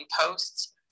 posts